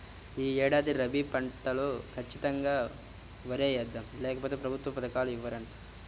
యీ ఏడాది రబీ పంటలో ఖచ్చితంగా వరే యేద్దాం, లేకపోతె ప్రభుత్వ పథకాలు ఇవ్వరంట